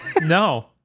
No